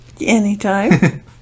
Anytime